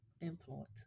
influence